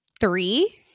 three